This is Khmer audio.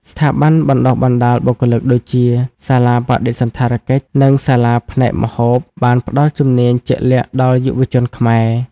ស្ថាប័នបណ្តុះបណ្តាលបុគ្គលិកដូចជា សាលាបដិសណ្ឋារ និងសាលាផ្នែកម្ហូបបានផ្ដល់ជំនាញជាក់លាក់ដល់យុវជនខ្មែរ។